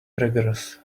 braggers